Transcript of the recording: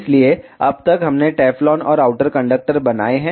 इसलिए अब तक हमने टेफ्लॉन और आउटर कंडक्टर बनाए हैं